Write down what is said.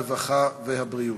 הרווחה והבריאות.